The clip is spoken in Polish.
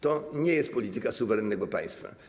To nie jest polityka suwerennego państwa.